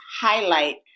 highlight